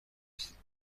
است